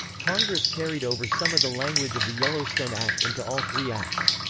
congress carried over some of the language of the yellowstone act into all three acts.